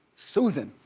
susan.